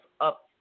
up